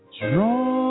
Draw